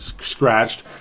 scratched